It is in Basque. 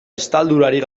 estaldurarik